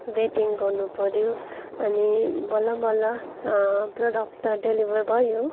waiting गर्नु पर्यो अनि बल्ल बल्ल प्रडक्ट त डेलिभर भयो